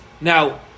now